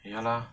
ya lah